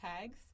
tags